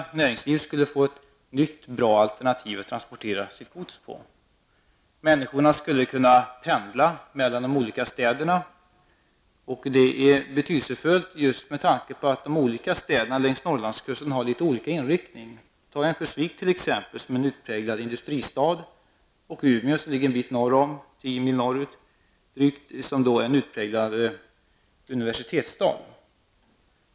Näringslivet skulle få ett nytt bra alternativ för sina godstransporter. Människorna skulle kunna pendla mellan de olika städerna. Det är betydelsefullt just med tanke på att de olika städerna längs Norrlandskusten har litet olika inriktning. Örnsköldsvik är t.ex. en utpräglad industristad och Umeå, som ligger 10 mil norrut, är en utpräglad universitetsstad.